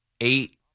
eight